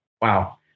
Wow